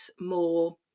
more